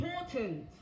important